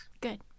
Good